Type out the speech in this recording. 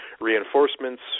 reinforcements